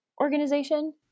Organization